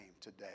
today